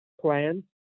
plan